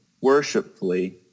worshipfully